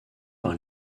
par